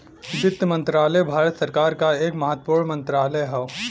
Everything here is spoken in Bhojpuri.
वित्त मंत्रालय भारत सरकार क एक महत्वपूर्ण मंत्रालय हौ